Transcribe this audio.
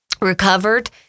recovered